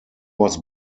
was